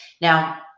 Now